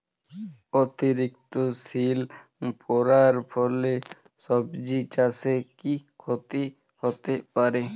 অতিরিক্ত শীত পরার ফলে সবজি চাষে কি ক্ষতি হতে পারে?